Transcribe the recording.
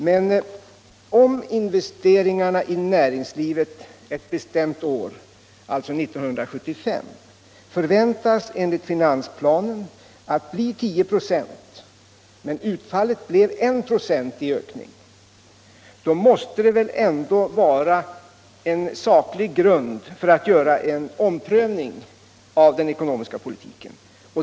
Men om investeringarna i näringslivet ett bestämt år, 1975, enligt finansplanen förväntades öka med 10 96 och utfallet blev en ökning med 1 96, då måste det väl ändå finnas saklig grund för att göra en omprövning av den ekonomiska politiken.